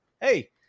Hey